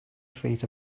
feet